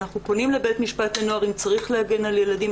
אנחנו פונים לבית משפט לנוער אם צריך להגן על ילדים.